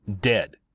Dead